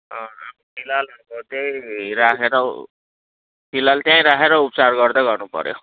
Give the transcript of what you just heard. हजुर फिलहाल त्यहीँ राखेर फिलहाल त्यहीँ राखेर उपचार गर्दै गर्नुपऱ्यो